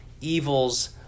evils